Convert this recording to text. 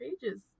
pages